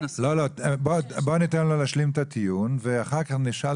ניתן לו להשלים את הטיעון ואחר כך נשאל